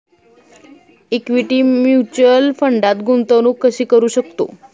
Equity mutual फंडात गुंतवणूक कशी करू शकतो?